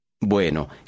Bueno